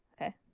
Okay